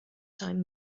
time